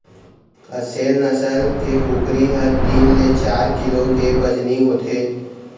असेल नसल के कुकरी ह तीन ले चार किलो के बजनी होथे